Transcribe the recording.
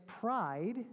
pride